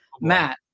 Matt